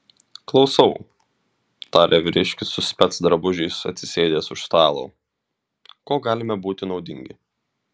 klausau tarė vyriškis su specdrabužiais atsisėdęs už stalo kuo galime būti naudingi